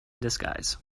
disguise